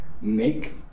make